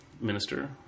minister